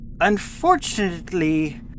Unfortunately